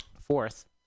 Fourth